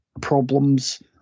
problems